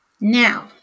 Now